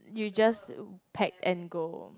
you just pack and go